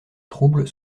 troubles